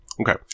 Okay